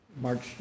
March